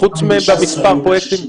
חוץ ממס' הפרויקטים.